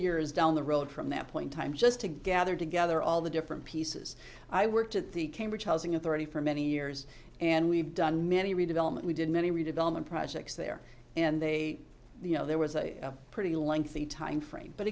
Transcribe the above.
years down the road from that point time just to gather together all the different pieces i worked at the cambridge housing authority for many years and we've done many redevelopment we did many redevelopment projects there and they you know there was a pretty lengthy timeframe but